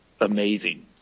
amazing